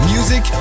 Music